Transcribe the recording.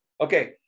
okay